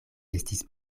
estis